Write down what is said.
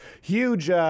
huge